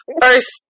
first